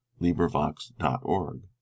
LibriVox.org